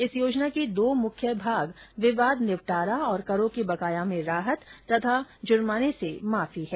इस योजना के दो मुख्य भाग विवाद निपटारा और करों के बकाया में राहत तथा जुर्माने से माफी है